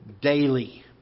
daily